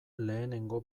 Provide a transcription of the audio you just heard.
lehenengo